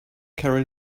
carol